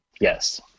Yes